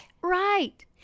Right